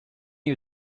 you